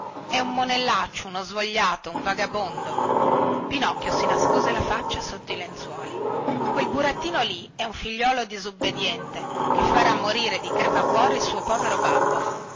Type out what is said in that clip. è un monellaccio uno svogliato un vagabondo pinocchio si nascose la faccia sotto i lenzuoli quel burattino lì è un figliuolo disubbidiente che farà morire di crepacuore il suo povero babbo